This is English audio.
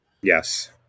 Yes